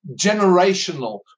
generational